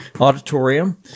auditorium